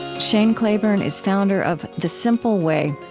shane claiborne is founder of the simple way,